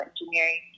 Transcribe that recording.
engineering